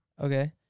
Okay